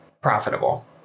profitable